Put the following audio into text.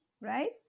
right